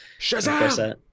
shazam